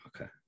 Okay